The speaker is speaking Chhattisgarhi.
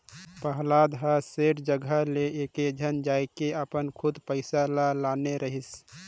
पहलाद ह सेठ जघा ले एकेझन जायके अपन खुद पइसा ल लाने रहिस